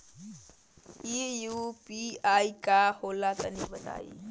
इ यू.पी.आई का होला तनि बताईं?